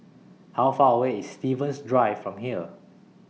How Far away IS Stevens Drive from here